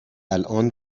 الان